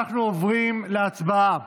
אנחנו עוברים להצבעה